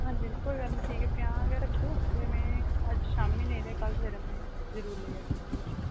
हां जी हां जी कोई गल्ल नेईं ठीक ऐ पंजाह् गै रक्खेओ ते में अज्ज शामी नेईं ते कल सवेरा में जरूर लेई आह्गी तुं'दे कशा